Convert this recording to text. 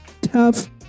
tough